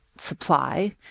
supply